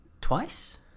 twice